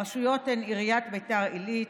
הרשויות הן עיריית ביתר עילית,